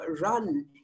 run